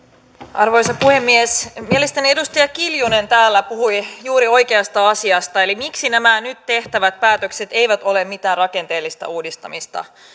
arvoisa puhemies mielestäni edustaja kiljunen täällä puhui juuri oikeasta asiasta eli siitä miksi nämä nyt tehtävät päätökset eivät ole mitään rakenteellista uudistamista